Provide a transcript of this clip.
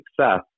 success